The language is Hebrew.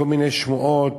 כל מיני שמועות,